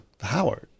Howard